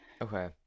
Okay